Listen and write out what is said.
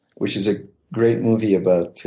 which is a great movie about